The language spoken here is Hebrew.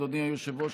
אדוני היושב-ראש,